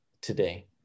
today